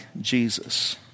Jesus